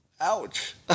Ouch